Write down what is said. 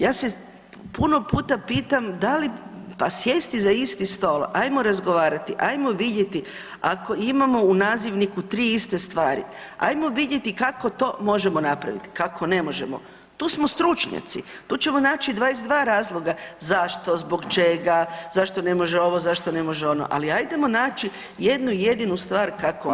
Ja se puno pitam da li, pa sjesti za isti stol, ajmo razgovarati, ajmo vidjeti, ako imamo u nazivniku 3 iste stvari, ajmo vidjeti kako to možemo napraviti, kako ne možemo, tu smo stručnjaci, tu ćemo naći 22 razloga zašto, zbog čega, zašto ne može ovo, zašto ne može ono, ali ajdemo naći jednu jedinu stvar kako može.